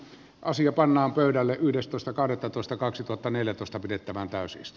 asia pannaan pöydälle yhdestoista kahdettatoista kaksituhattaneljätoista pidettäväänpäisyys